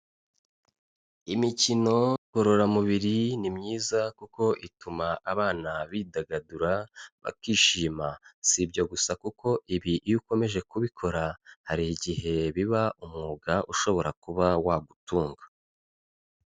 Imikino ngororamubiri ni myiza kuko ituma abana bidagadura bakishima. Si ibyo gusa, kuko ibi iyo ukomeje kubikora hari igihe biba umwuga ushobora kuba wagutunga.